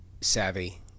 savvy